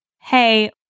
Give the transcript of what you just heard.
hey